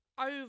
over